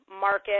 market